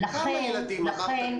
לכן,